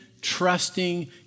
trusting